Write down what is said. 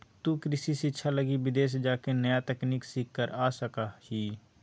तु कृषि शिक्षा लगी विदेश जाके नया तकनीक सीख कर आ सका हीं